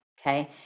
okay